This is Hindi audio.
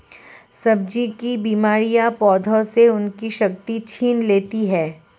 सब्जी की बीमारियां पौधों से उनकी शक्ति छीन लेती हैं